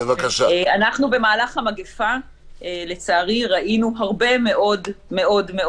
אנחנו במהלך המגפה לצערי ראינו הרבה מאוד מאוד מאוד